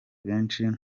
benshi